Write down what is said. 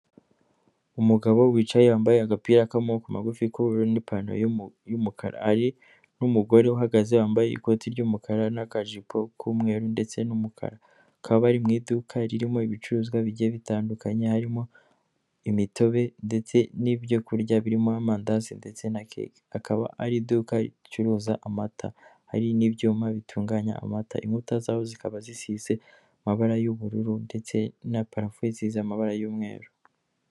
Umugabo wicaye yambaye agapira k'amoko magufi k'ubururu n'ipantaro y'umukara ari n'umugore uhagaze wambaye ikoti ry'umukara n'akajipo k'umweru ndetse n'umukara bakaba bari mu iduka ririmo ibicuruzwa bigiye bitandukanye harimo imitobe ndetse n'ibyokurya birimo amandazi ndetse akaba ari iduka ricuruza amata hari n'ibyuma bitunganya amata, inkuta zaho zikaba zisize amabara y'ubururu ndetse na parafu isize amabara y'umweru.